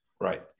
Right